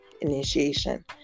initiation